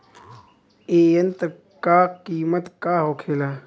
ए यंत्र का कीमत का होखेला?